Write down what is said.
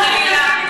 חלילה,